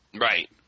Right